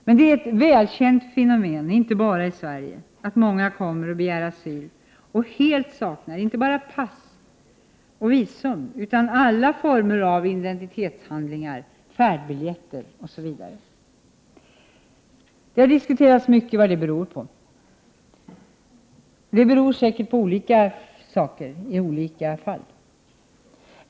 Det är dock ett välkänt fenomen, inte bara i Sverige, att många som kommer och begär asyl helt saknar inte bara pass och visum utan alla former av identitetshandlingar, färdbiljetter, osv. Det har diskuterats mycket vad detta beror på. Säkert är anledningarna olika i olika fall.